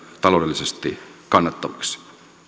taloudellisesti kannattavaksi